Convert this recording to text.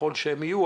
ככל שהן יהיו,